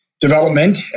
Development